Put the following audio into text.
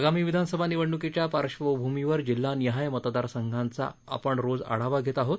आगामी विधानसभा निवडणुकीच्या पार्श्वभूमीवर जिल्हानिहाय मतदार संघांचा आपण रोज आढावा घेत आहोत